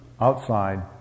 outside